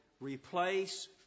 replace